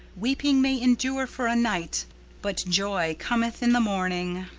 weeping may endure for a night but joy cometh in the morning.